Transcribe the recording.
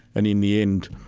and in the end,